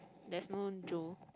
there's no Joe